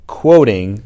quoting